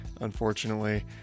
unfortunately